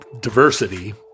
diversity